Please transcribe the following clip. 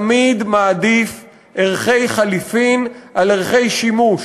תמיד מעדיף ערכי חליפין על ערכי שימוש.